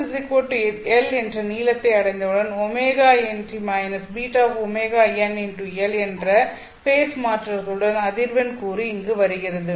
zL என்ற நீளத்தை அடைந்தவுடன் ωnt - βωnL என்ற ஃபேஸ் மாற்றத்துடன் அதிர்வெண் கூறு இங்கு வருகிறது